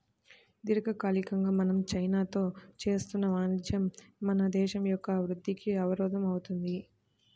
దీర్ఘకాలికంగా మనం చైనాతో చేస్తున్న వాణిజ్యం మన దేశం యొక్క వృద్ధికి అవరోధం అవుతుంది